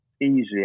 easy